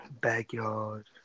Backyard